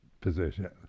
position